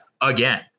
again